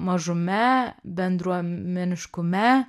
mažume bendruomeniškume